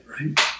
right